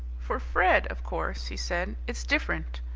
for fred, of course, he said, it's different.